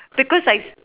because I